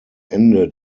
ende